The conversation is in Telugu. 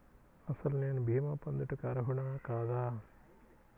అసలు నేను భీమా పొందుటకు అర్హుడన కాదా?